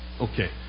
okay